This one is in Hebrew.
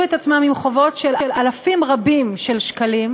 את עצמם עם חובות של אלפים רבים של שקלים,